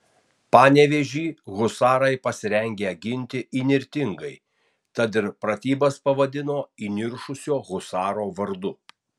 panevėžį husarai pasirengę ginti įnirtingai tad ir pratybas pavadino įniršusio husaro vardu